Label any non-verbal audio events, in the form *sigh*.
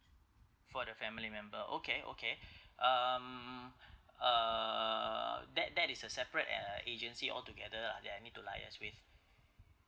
for the family member okay okay *breath* um uh that that is a separate uh agency altogether lah that I need to liaise with